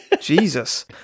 Jesus